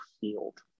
field